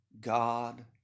God